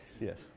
Yes